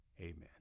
Amen